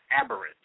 aberrant